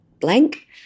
blank